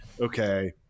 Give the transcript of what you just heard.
okay